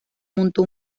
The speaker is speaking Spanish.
montó